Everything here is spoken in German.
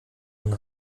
und